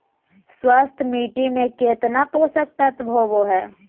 स्वस्थ मिट्टी में केतना पोषक तत्त्व होबो हइ?